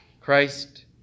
Christ